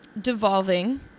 devolving